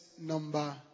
number